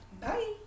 Bye